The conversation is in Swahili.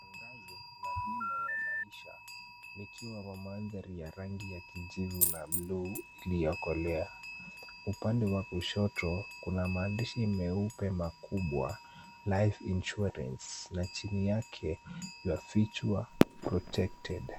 Tangazo la bima ya maisha likiwa kwa maandhari ya rangi ya kijivu na buluu iliyokolea. Upande wa kushoto kuna maandishi meupe makubwa life insurance na chini yake your future protected .